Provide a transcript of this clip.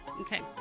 Okay